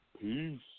Peace